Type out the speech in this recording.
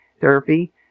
therapy